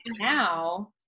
now